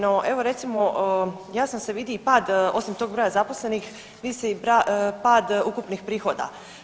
No evo recimo jasno se vidi i pad osim tog broja zaposlenih visi i pad ukupnih prihoda.